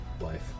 life